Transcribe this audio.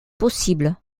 possible